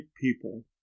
people